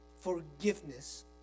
forgiveness